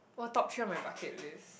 oh top three on my bucket list